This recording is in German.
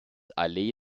allee